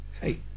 hey